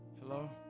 Hello